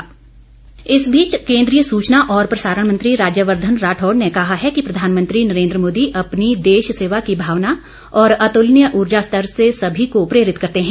राज्यवर्धन राठौड सुचना और प्रसारण मंत्री राज्यवर्धन राठौड़ ने कहा है कि प्रधानमंत्री नरेन्द्र मोदी अपनी देश सेवा की भावना और अतुलनीय ऊर्जा स्तर से सभी को प्रेरित करते हैं